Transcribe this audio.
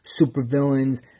supervillains